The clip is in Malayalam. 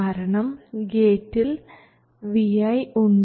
കാരണം ഗേറ്റിൽ vi ഉണ്ട്